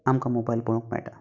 आमकां मोबायल पळोवंक मेळटा